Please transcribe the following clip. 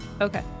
Okay